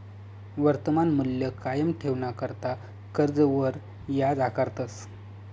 वर्तमान मूल्य कायम ठेवाणाकरता कर्जवर याज आकारतस